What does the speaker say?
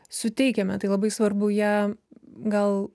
suteikiame tai labai svarbu ją gal